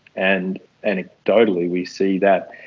and anecdotally we see that,